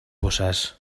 fossars